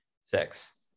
Six